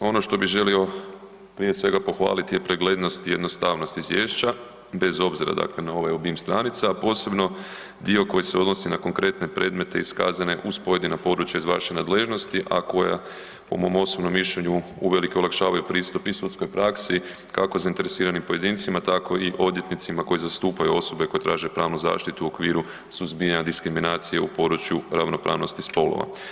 Ono što bi želio prije svega pohvaliti je preglednost i jednostavnost izvješća bez obzira, dakle na ovaj obim stranica, a posebno dio koji se odnosi na konkretne predmete iskazane uz pojedina područja iz vaše nadležnosti, a koja po mom osobnom mišljenju uvelike olakšavaju pristup i sudskoj praksi, kako zainteresiranim pojedincima, tako i odvjetnicima koji zastupaju osobe koje traže pravnu zaštitu u okviru suzbijanja diskriminacije u području ravnopravnosti spolova.